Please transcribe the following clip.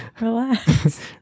relax